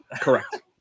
Correct